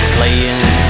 Playing